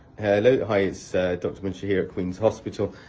hello, hi, its doctor munshi here at queens hospital.